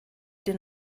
den